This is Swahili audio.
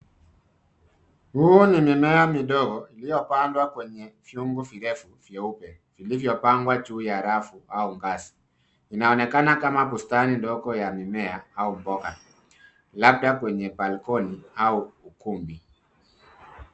Huu ni mimea midogo iliyopandwa kwenye vyungu virefu vyeupe vilivyopangwa juu ya rafu au ngazi. Inaonekana kama bustani ndogo ya mimea au mboga labda kwenye balcony au ukumbi.